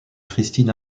christine